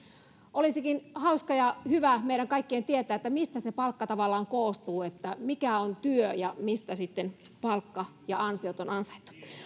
olisikin hauska ja hyvä meidän kaikkien tietää mistä se palkka tavallaan koostuu mikä on työ ja mistä sitten palkka ja ansiot on